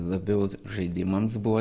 labiau žaidimams buvo